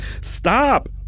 Stop